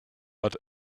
but